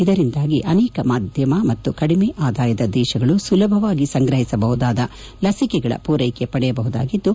ಇದರಿಂದಾಗಿ ಅನೇಕ ಮಧ್ಯಮ ಮತ್ತು ಕಡಿಮೆ ಆದಾಯದ ದೇಶಗಳು ಸುಲಭವಾಗಿ ಸಂಗ್ರಹಿಸಬಹುದಾದ ಲಭಿಕೆಗಳ ಪೂರೈಕೆ ಪಡೆಯಬಹುದಾಗಿದ್ದು